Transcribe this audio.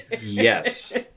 Yes